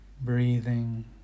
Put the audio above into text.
breathing